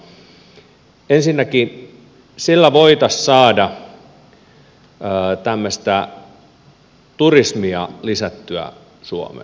ensinäkin sillä voitaisiin saada tämmöistä turismia lisättyä suomeen